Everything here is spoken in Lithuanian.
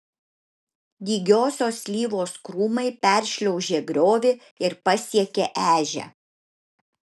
dygiosios slyvos krūmai peršliaužė griovį ir pasiekė ežią